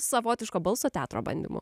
savotiško balso teatro bandymų